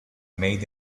made